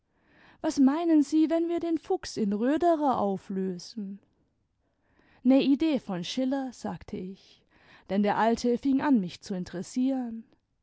was meinen sie wenn wir den fuchs in röderer auflösen ne idee von schiller sagte ich denn der alte fing an mich zu interessieren